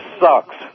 sucks